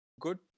good